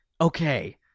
Okay